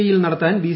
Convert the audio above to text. ഇയിൽ നടത്താൻ ബി